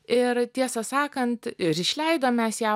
ir tiesą sakant ir išleidom mes ją